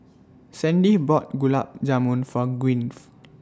Sandie bought Gulab Jamun For Gwyn